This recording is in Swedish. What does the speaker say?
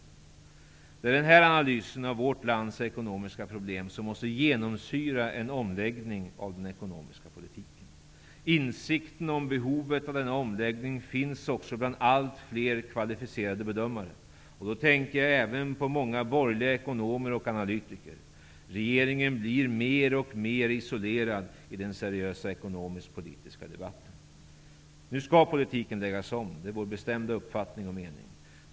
Det är den här analysen av vårt lands ekonomiska problem som måste genomsyra en omläggning av den ekonomiska politiken. Insikten om behovet av denna omläggning finns också bland allt fler kvalificerade bedömare. Då tänker jag även på många borgerliga ekonomer och analytiker. Regeringen blir mer och mer isolerad i den seriösa ekonomisk-politiska debatten. Nu skall politiken läggas om. Det är vår bestämda uppfattning och mening.